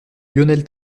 lionel